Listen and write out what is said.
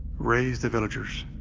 raise the villagers.